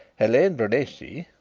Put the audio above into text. helene brunesi,